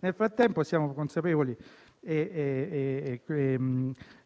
Nel frattempo, siamo consapevoli e